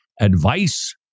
advice